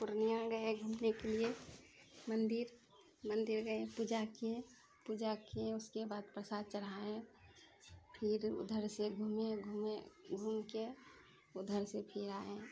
पूर्णिया गए घूमनेके लिए मन्दिर मन्दिर गए पूजा किए पूजा किए उसके बाद प्रसाद चढ़ाए फिर उधर से घूमे घूमे घूमके उधर से फिर आए